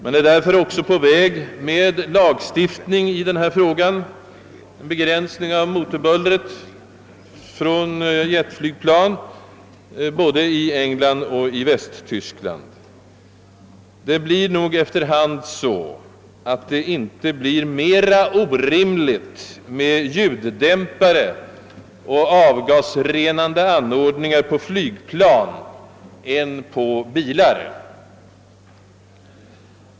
Man är därför också på väg med lagstiftning till begränsning av motorbullret från jetflygplan både i England och i Västtyskland. Det blir nog efter hand så, att det inte blir mera orimligt med ljuddämpare och avgasrenande anordningar på flygplan än på bilar.